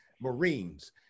Marines